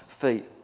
feet